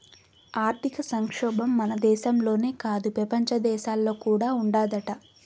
ఆర్థిక సంక్షోబం మన దేశంలోనే కాదు, పెపంచ దేశాల్లో కూడా ఉండాదట